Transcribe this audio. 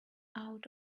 out